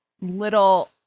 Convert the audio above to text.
little